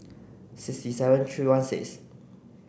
six seven three one six